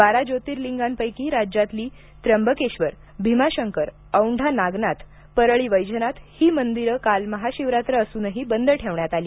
बारा ज्योतर्लिंगांपैकी राज्यातली त्र्यंबकेश्वर भीमाशंकर औंढा नागनाथ परळी वैजनाथ ही मंदिरं काल महाशिवरात्र असूनही बंद ठेवण्यात आली